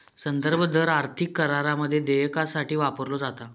संदर्भ दर आर्थिक करारामध्ये देयकासाठी वापरलो जाता